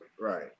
Right